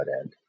end